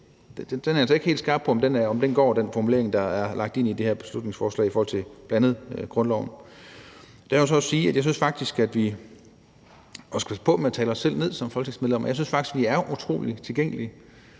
heller ikke helt skarp på, om den formulering, der er lagt ind i det her beslutningsforslag, går i forhold til bl.a. grundloven. Jeg vil så også sige, at jeg faktisk synes, at vi skal passe på med at tale os selv ned som folketingsmedlemmer. Jeg synes faktisk, vi er utrolig tilgængelige.